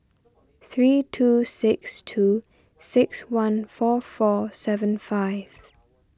three two six two six one four four seven five